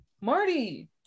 Marty